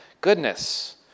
goodness